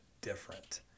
different